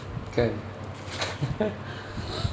okay